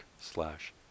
slash